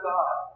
God